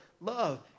love